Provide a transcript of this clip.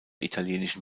italienischen